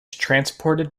transported